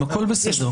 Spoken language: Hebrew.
הכול בסדר.